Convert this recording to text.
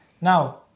Now